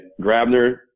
Grabner